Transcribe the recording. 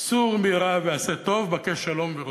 "סור מרע ועשה טוב בקש שלום ורדפהו",